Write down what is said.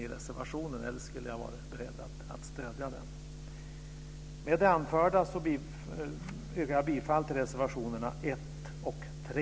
Om det inte vore så skulle jag ha varit beredd att stödja reservationen. Med det anförda yrkar jag bifall till reservationerna 1 och 3.